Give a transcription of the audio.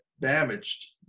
damaged